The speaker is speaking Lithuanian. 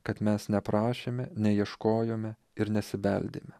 kad mes neprašėme neieškojome ir nesibeldėme